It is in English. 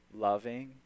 loving